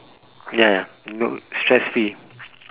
ya ya you wo~ stress free